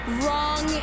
wrong